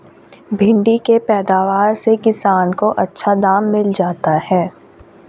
भिण्डी के पैदावार से किसान को अच्छा दाम मिल जाता है